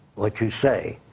what you say.